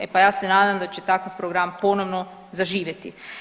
E pa ja se nadam da će takav program ponovno zaživjeti.